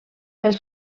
els